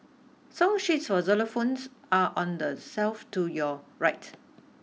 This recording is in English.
song sheets for xylophones are on the shelf to your right